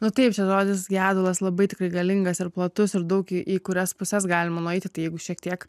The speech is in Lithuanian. nu taip čia žodis gedulas labai tikrai galingas ir platus ir daug į į kurias puses galima nueiti jeigu šiek tiek